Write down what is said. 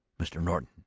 mr. norton,